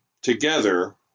together